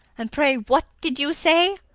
and pray what did you say?